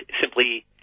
simply